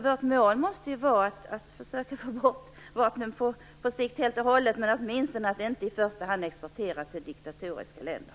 Vårt mål måste vara att på sikt försöka få bort vapnen helt och hållet, men i första hand att de åtminstone inte exporteras till diktatoriska länder.